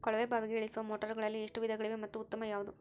ಕೊಳವೆ ಬಾವಿಗೆ ಇಳಿಸುವ ಮೋಟಾರುಗಳಲ್ಲಿ ಎಷ್ಟು ವಿಧಗಳಿವೆ ಮತ್ತು ಉತ್ತಮ ಯಾವುದು?